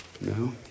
No